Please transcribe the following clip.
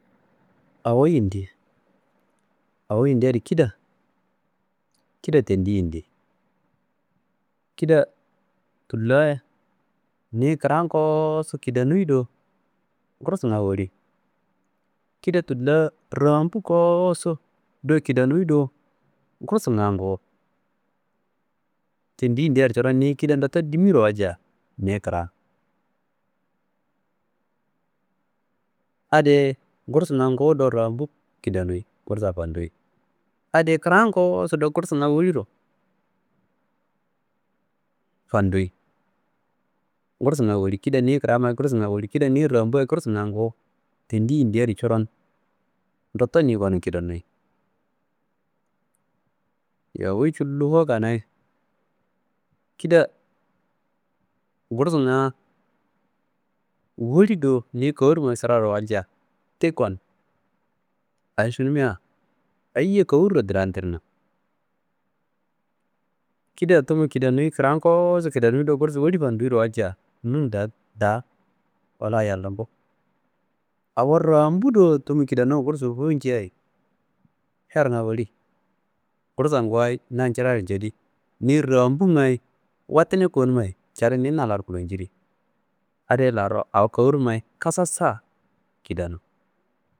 Awo yindi awo yindi adi kida. Kida tendi yindi kida tulla niyi kiram koosu niyi kidanuyi do kursunga woli, kida tulla rambu kosu do kidanuyi do gursunga nguwu tendi yindi adi coron niyi kida nduto dimiro walcia niyi kiram? Adi- ye gursunga nguwu do rambu kidanuyi gursa fanduyi adi- ye kiram koosu do gursunga woliro fanduyi gursunga woli kida niyi kiramma gursunga woli kida niyi rambua ye gursunga nguwu tendi yindi adi coron ndotto niyi gonu kidanuyi? Wuyi cullo wukanayi kida gursunga woli do niyi kornummayi sirawuro walcia ti gon. A šunu mia eyiye koro drandirna. Kida tummu kidanuyi kiramkosu kidanimi do gursu woli fanduyiro walcia nunda da wala ayiyallumbu. Awo rambu do tumu kidanim gursu nguwu njiyi hernga woli, gursa nguwuwayi na njirayiro ñadi niyi rambungayi watini konummayi cadu niyi na laro kolonciri adiye laro awo kornummayi kasassa kidanu